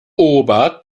ober